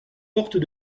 portes